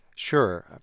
Sure